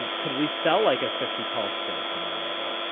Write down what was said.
ah could we sell like a fifty call spread somewhere in there.